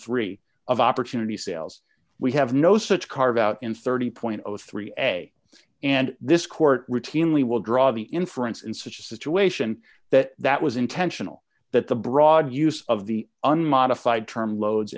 thirteen of opportunity sales we have no such carve out in thirty three a and this court routinely will draw the inference in such a situation that that was intentional that the broad use of the unmodified term loads